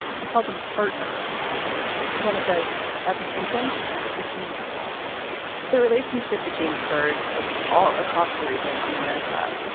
he called them partners jenna says that distinction it's meaningful the relationship between kurds all across the region and america.